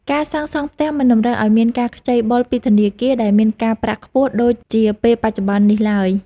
ការសាងសង់ផ្ទះមិនតម្រូវឱ្យមានការខ្ចីបុលពីធនាគារដែលមានការប្រាក់ខ្ពស់ដូចជាពេលបច្ចុប្បន្ននេះឡើយ។